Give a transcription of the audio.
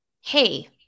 Hey